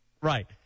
Right